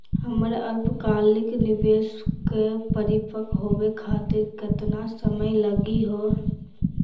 हमर अल्पकालिक निवेस क परिपक्व होवे खातिर केतना समय लगही हो?